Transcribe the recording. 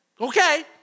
okay